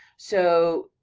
so,